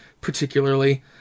particularly